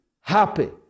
happy